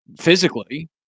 physically